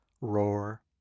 roar